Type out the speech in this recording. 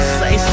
say